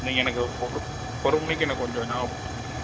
நீங்கள் எனக்கு ஒரு ஒரு மணிக்கு எனக்கு கொஞ்சம் ஞாபகப்படுத்துங்கள்